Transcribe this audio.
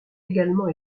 également